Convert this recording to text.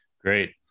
Great